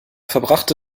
verbrachte